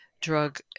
drug